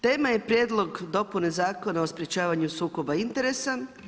Tema je prijedlog dopune Zakona o sprečavanju sukoba interesa.